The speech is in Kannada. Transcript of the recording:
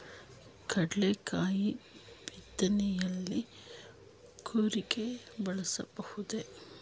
ಕಡ್ಲೆಕಾಯಿ ಬಿತ್ತನೆಯಲ್ಲಿ ಕೂರಿಗೆ ಬಳಸಬಹುದೇ?